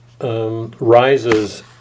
rises